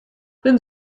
bin